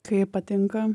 kaip patinka